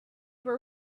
were